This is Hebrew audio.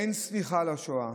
אין סליחה לשואה,